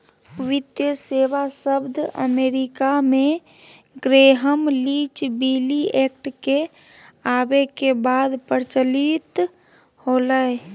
वित्तीय सेवा शब्द अमेरिका मे ग्रैहम लीच बिली एक्ट के आवे के बाद प्रचलित होलय